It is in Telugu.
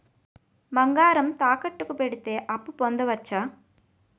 బంగారం తాకట్టు కి పెడితే అప్పు పొందవచ్చ?